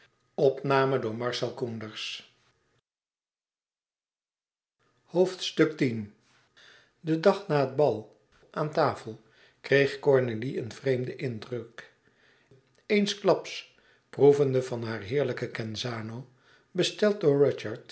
den dag na het bal aan tafel kreeg cornélie een vreemden indruk eensklaps proevende van haar heerlijken genzano besteld door